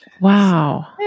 Wow